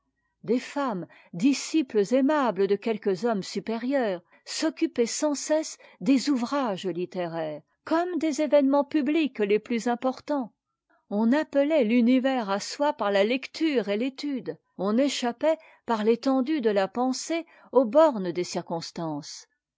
des femmes disciples aimables de quelques hommes supérieurs s'occupaient sans cesse des ouvrages littéraires comme des événements publics les plus importants on appelait l'univers à soi par la lecture et t'étude on échappait par l'étendue de la pensée aux bornes des circonstances